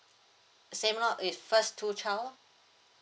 same out if first two child